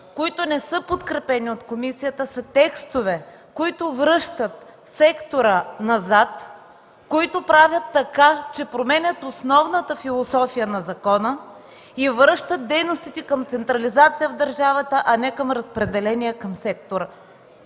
които не са подкрепени от комисията, са текстове, които връщат сектора назад, които правят така, че променят основната философия на закона и връщат дейностите към централизация в държавата, а не към разпределение към частния